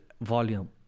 volume